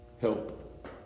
help